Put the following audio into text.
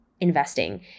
investing